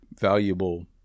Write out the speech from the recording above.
valuable